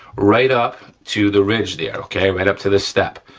right up to the ridge there okay? right up to the step,